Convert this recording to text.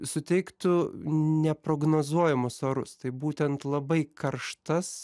suteiktų neprognozuojamus orus tai būtent labai karštas